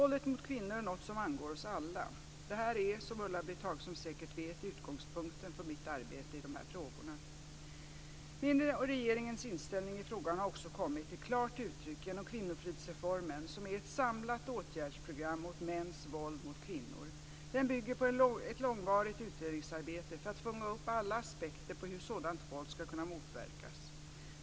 Våldet mot kvinnor är något som angår oss alla. Detta är, som Ulla-Britt Hagström säkert vet, utgångspunkten för mitt arbete i dessa frågor. Min och regeringens inställning i frågan har också kommit till klart uttryck genom kvinnofridsreformen, som är ett samlat åtgärdsprogram mot mäns våld mot kvinnor. Den bygger på ett långvarigt utredningsarbete för att fånga upp alla aspekter på hur sådant våld ska kunna motverkas.